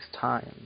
times